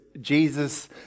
Jesus